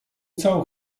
całą